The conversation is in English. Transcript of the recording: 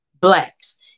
blacks